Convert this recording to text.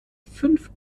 fünf